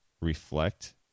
reflect